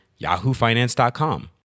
yahoofinance.com